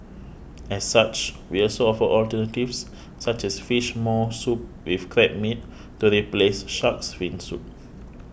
as such we also offer alternatives such as Fish Maw Soup with Crab Meat to replace Shark's Fin Soup